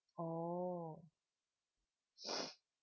oh